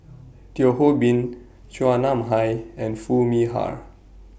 Teo Ho Pin Chua Nam Hai and Foo Mee Har